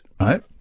right